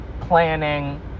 planning